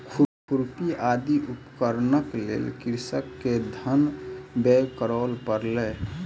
खुरपी आदि उपकरणक लेल कृषक के धन व्यय करअ पड़लै